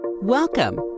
Welcome